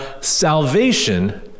salvation